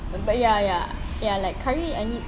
but but ya ya ya ya curry like I need